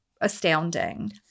astounding